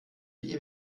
die